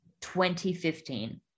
2015